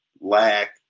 lack